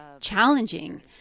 challenging